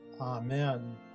Amen